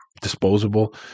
disposable